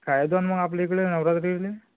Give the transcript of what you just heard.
काय होतन मग आपल्या इकडे अमरावतीले